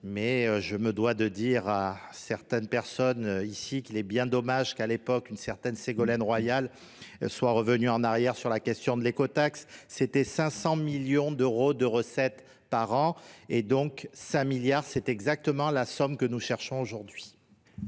Mais je me dois de dire à certaines personnes ici qu'il est bien dommage qu'à l'époque, une certaine Ségolène royale soit revenue en arrière sur la question de l'écotaxe. C'était 500 millions d'euros de recettes par an et donc 5 milliards, c'est exactement la somme que nous cherchons aujourd'hui.